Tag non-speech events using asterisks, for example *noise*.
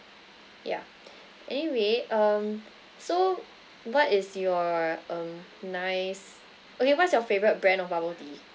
yeah *breath* anyway um so what is your um nice okay what's your favourite brand of bubble tea